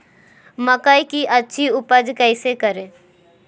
मकई की अच्छी उपज कैसे करे?